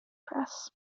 press